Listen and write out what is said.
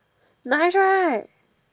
nice right